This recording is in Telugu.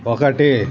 ఒకటి